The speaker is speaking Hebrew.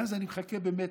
ואז אני מחכה במתח,